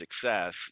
success